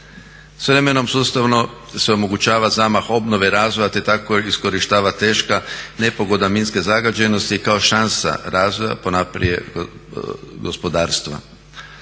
S vremenom sustavno se omogućava zamah obnove razvoja te tako iskorištava teška nepogoda minske zagađenosti kao šansa razvoja ponajprije gospodarstva.